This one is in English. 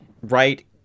right